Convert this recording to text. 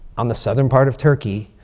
on the southern part of turkey,